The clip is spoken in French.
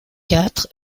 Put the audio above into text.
quatre